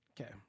Okay